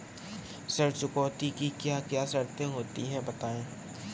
ऋण चुकौती की क्या क्या शर्तें होती हैं बताएँ?